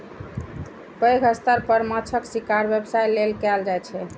पैघ स्तर पर माछक शिकार व्यवसाय लेल कैल जाइ छै